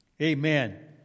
Amen